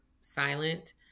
silent